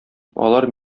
алар